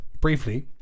briefly